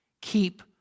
Keep